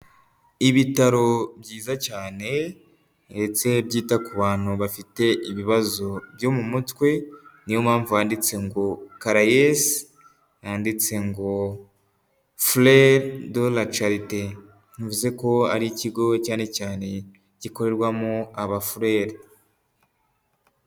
Ibitaro byiza cyane ndetse byita ku bantu bafite ibibazo byo mu mutwe ni yo mpamvu wanditse ngo caraes, handitse ngo frères de la charité bivuze ko ari ikigo cyane cyane gikorerwamo abafurere.